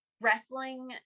wrestling